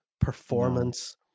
performance